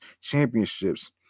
championships